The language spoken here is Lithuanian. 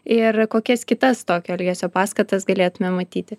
ir kokias kitas tokio elgesio paskatas galėtume matyti